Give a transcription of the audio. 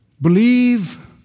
believe